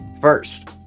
First